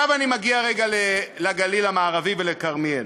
עכשיו אני מגיע רגע לגליל המערבי ולכרמיאל.